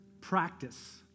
practice